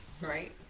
right